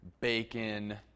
bacon